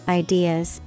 ideas